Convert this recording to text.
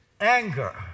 anger